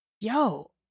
Yo